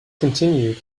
continued